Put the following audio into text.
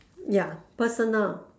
ya personal